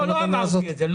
לא, לא אמרתי את זה.